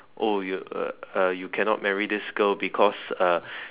oh you uh uh you cannot marry this girl because uh